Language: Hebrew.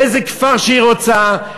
באיזה כפר שהיא רוצה,